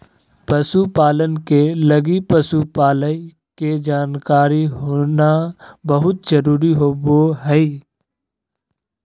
पशु पालन के लगी पशु पालय के जानकारी होना बहुत जरूरी होबा हइ